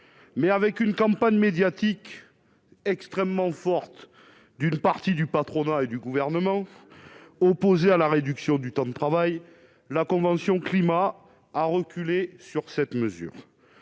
mais avec une campagne médiatique extrêmement forte d'une partie du patronat et du gouvernement, opposé à la réduction du temps de travail, la convention climat a reculé sur cette mesure,